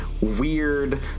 Weird